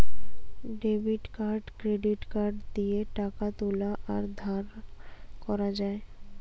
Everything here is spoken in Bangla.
ডেবিট কার্ড ক্রেডিট কার্ড দিয়ে টাকা তুলা আর ধার করা যায়